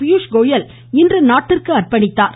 பியூஷ்கோயல் இன்று நாட்டிற்கு அர்ப்பணித்தார்